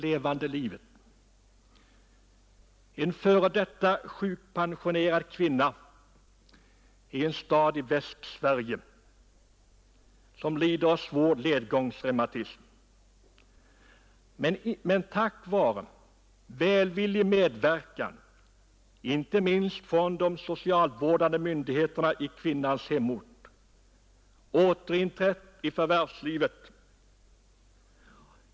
En före detta sjukpensionerad kvinna i en stad i Västsverige lider av svår ledgångsreumatism. Tack vare välvillig medverkan, inte minst från de socialvårdande myndigheterna i kvinnans hemort, har hon kunnat återinträda i förvärvslivet.